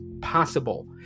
possible